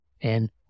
And-